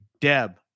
deb